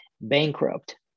bankrupt